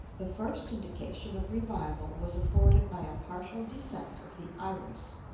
the first indication of revival was afforded by a partial descent of the iris.